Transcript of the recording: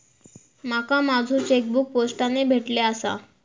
माका माझो चेकबुक पोस्टाने भेटले आसा